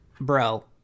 Bro